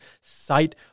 sight